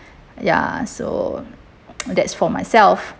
ya so that's for myself